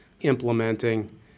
implementing